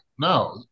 No